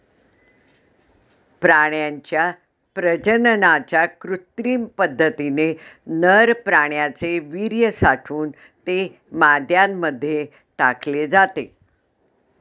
प्राण्यांच्या प्रजननाच्या कृत्रिम पद्धतीने नर प्राण्याचे वीर्य साठवून ते माद्यांमध्ये टाकले जाते